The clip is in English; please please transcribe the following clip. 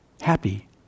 happy